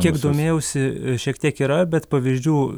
kiek domėjausi šiek tiek yra bet pavyzdžių